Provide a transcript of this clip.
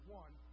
one